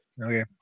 Okay